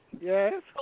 Yes